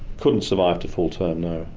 couldn't survive to full term no.